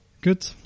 Good